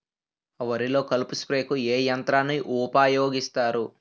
వరిలో కలుపు స్ప్రేకు ఏ యంత్రాన్ని ఊపాయోగిస్తారు?